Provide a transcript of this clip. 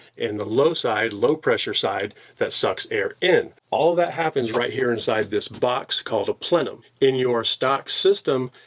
and the low side, low pressure side, that sucks air in. all of that happens right here inside this box called a plenum. in your stock system,